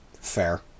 Fair